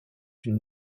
une